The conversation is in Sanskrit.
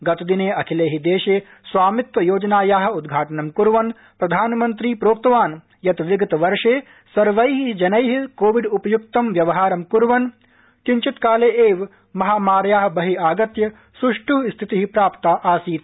गतदिने अखिले हि देशे स्वामित्व योजनाया उद्घाटनं कुर्वन् प्रधानमन्त्री प्रोक्तवान् यत् विगतवर्षे सवैं जनै कोविड उपयुक्तं व्यवहारं कुर्वन् किञ्चिद् काले एव महामार्या बहि आगत्य सुष्ठ स्थिति प्राप्ता आसीत्